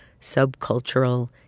subcultural